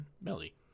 Melly